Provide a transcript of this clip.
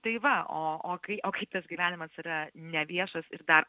tai va o o kai o kai tas gyvenimas yra neviešas ir dar